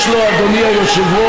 יש לו, אדוני היושב-ראש,